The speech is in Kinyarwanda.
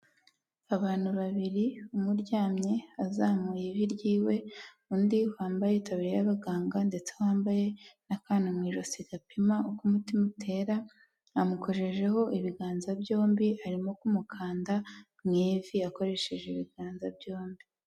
Abantu babiri, umwe uryamye azamuye ivi ryiwe, undi wambaye itaburiya y'abaganga ndetse wambaye n'akantu mu ijosi gapima uko umutima utera, amukojejeho ibiganza byombi, arimo kumukanda mu ivi akoresheje ibiganza byombi.